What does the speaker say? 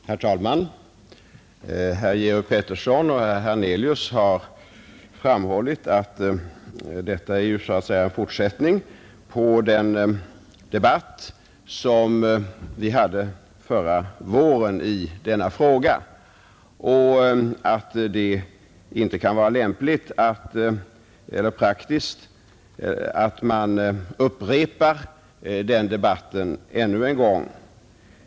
Herr talman! Herr Georg Pettersson och herr Hernelius har framhållit att detta är så att säga en fortsättning på den debatt som vi hade förra våren i denna fråga och att det inte kan vara praktiskt att man upprepar den debatten ännu en gång.